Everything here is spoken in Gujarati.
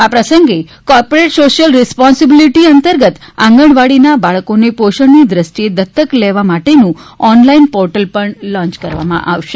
આ પ્રસંગે કોર્પોરેટ સોશ્યલ રિસ્પોન્સબિલીટી અંતર્ગત આંગણવાડીના બાળકોને પોષણની દ્રષ્ટિએ દત્તક લેવા માટેનું ઓનલાઇન પોર્ટલ પણ લોન્ચ કરવામાં આવશે